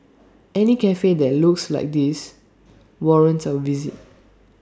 any Cafe that looks like this warrants A visit